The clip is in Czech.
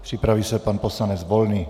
Připraví se pan poslanec Volný.